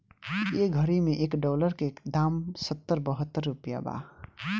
ए घड़ी मे एक डॉलर के दाम सत्तर बहतर रुपइया बा